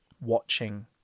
watching